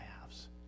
halves